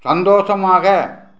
சந்தோஷமாக